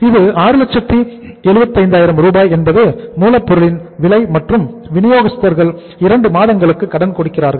இது 675000 என்பது மூலப்பொருட்களின் விலை மற்றும் வினியோகஸ்தர்கள் 2 மாதங்களுக்கு கடன் கொடுக்கிறார்கள்